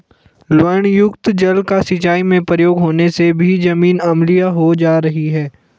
लवणयुक्त जल का सिंचाई में प्रयोग होने से भी जमीन अम्लीय हो जा रही है